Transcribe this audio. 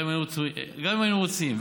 גם אם היינו רוצים,